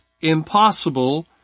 impossible